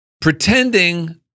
pretending